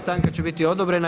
Stanka će biti odobrena.